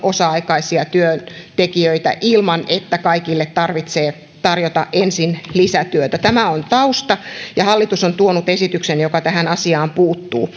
osa aikaisia työntekijöitä ilman että kaikille tarvitsee tarjota ensin lisätyötä tämä on tausta ja hallitus on tuonut esityksen joka tähän asiaan puuttuu